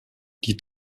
die